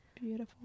beautiful